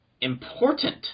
important